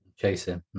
Chasing